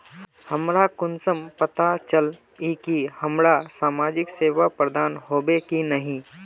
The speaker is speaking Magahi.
हमरा कुंसम पता चला इ की हमरा समाजिक सेवा प्रदान होबे की नहीं?